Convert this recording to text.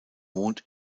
wohnt